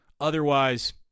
Otherwise